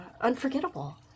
unforgettable